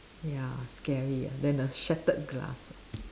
ya scary then the shattered glass